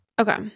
Okay